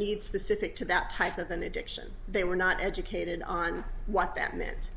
need specific to that type of an addiction they were not educated on what that meant